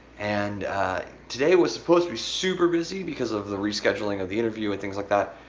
and today was supposed to be super busy because of the rescheduling of the interview and things like that,